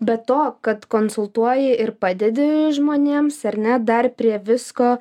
be to kad konsultuoji ir padedi žmonėms ar ne dar prie visko